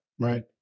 Right